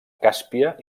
càspia